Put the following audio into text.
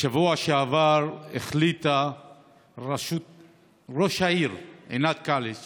בשבוע שעבר החליטה ראש העיר עינת קליש